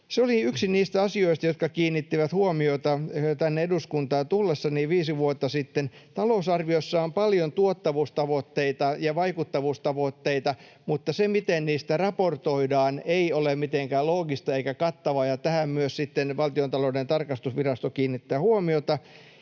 Se oli yksi niistä asioista, jotka kiinnittivät huomiota tänne eduskuntaan tullessani viisi vuotta sitten. Talousarviossa on paljon tuottavuustavoitteita ja vaikuttavuustavoitteita, mutta se, miten niistä raportoidaan, ei ole mitenkään loogista eikä kattavaa, ja tähän myös sitten Valtiontalouden tarkastusvirasto kiinnittää huomiota.